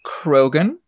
Krogan